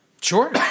Sure